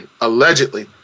allegedly